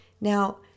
Now